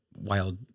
wild